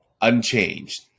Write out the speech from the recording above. unchanged